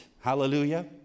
Hallelujah